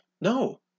no